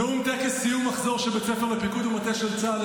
נאום בטקס סיום מחזור של בית הספר לפיקוד ומטה של צה"ל,